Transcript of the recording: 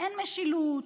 אין משילות,